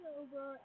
over